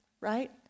right